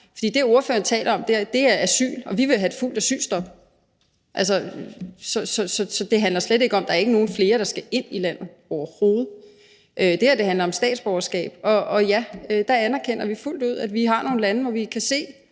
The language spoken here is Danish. For det, ordføreren taler om der, er asyl, og vi vil have et fuldt asylstop. Så det handler slet ikke om, at der er nogle flere, der skal ind i landet overhovedet. Det her handler om statsborgerskab, og ja, der anerkender vi fuldt ud, at vi har nogle lande, som vi kan se